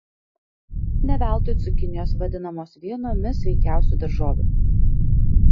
ne veltui cukinijos vadinamos vienomis sveikiausių daržovių